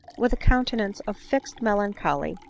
with a counte nance of fixed melancholy,